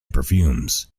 perfumes